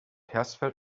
hersfeld